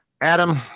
Adam